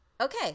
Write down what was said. Okay